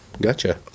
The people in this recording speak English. gotcha